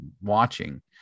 watching